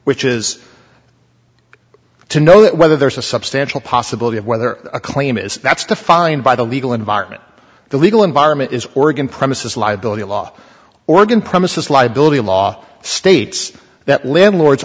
which is to know whether there is a substantial possibility of whether a claim is that's defined by the legal environment the legal environment is oregon premises liability law oregon premises liability law states that landlords